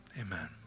Amen